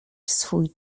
swój